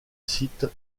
site